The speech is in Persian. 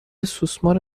سوسمار